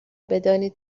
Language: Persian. بدانید